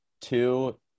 two